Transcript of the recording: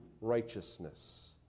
righteousness